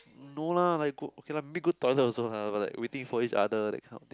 no lah like go okay lah maybe go toilet also ah like waiting for each other that kind of thing